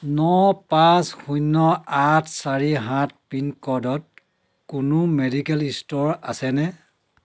ন পাঁচ শূণ্য আঠ চাৰি সাত পিনক'ডত কোনো মেডিকেল ষ্ট'ৰ আছেনে